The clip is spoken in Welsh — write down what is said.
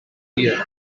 hir